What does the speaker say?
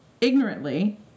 ignorantly